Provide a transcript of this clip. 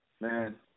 Man